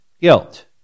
guilt